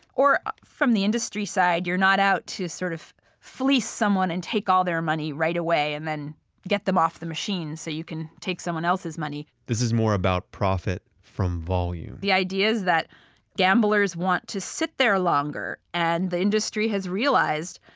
or ah from the industry side, you're not out to sort of flee someone and take all their money right away and then get them off the machine so you can take someone else's money this is more about profit from volume the ideas that gamblers want to sit there longer and the industry has realized,